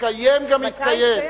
יתקיים גם יתקיים, מתי יתקיים?